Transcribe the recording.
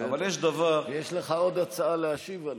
אבל יש דבר, יש לך עוד הצעה להשיב עליה.